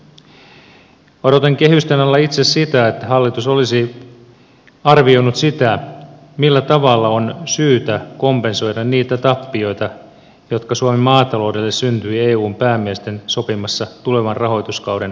odotin kehysten alla itse sitä että hallitus olisi arvioinut sitä millä tavalla on syytä kompensoida niitä tappioita jotka suomen maataloudelle syntyivät eun päämiesten sopimassa tulevan rahoituskauden rahoitusratkaisussa